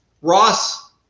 Ross